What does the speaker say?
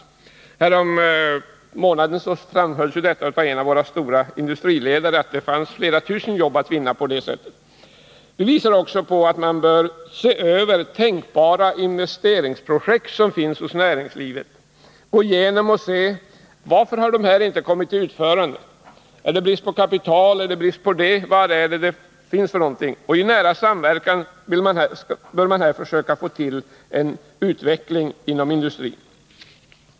Förra månaden framhölls det av en av våra stora industriledare att det fanns flera tusen jobb att vinna på det sättet. Detta visar också på att man bör se över tänkbara investeringsprojekt som finns hos näringslivet och fråga: Varför har dessa inte kommit till utförande? Är det på grund av brist på kapital eller är det någon annan orsak? I nära samverkan bör man här försöka få till stånd en utveckling inom industrin.